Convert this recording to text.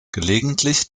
gelegentlich